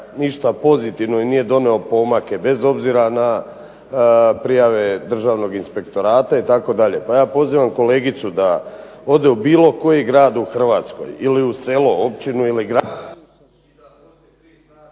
ništa pozitivno i nije donio pomake, bez obzira na prijave državnog inspektorata itd. Pa ja pozivam kolegicu da ode u bilo koji grad u Hrvatskoj ili u selo, općinu ili grad .../Govornik